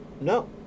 No